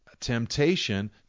temptation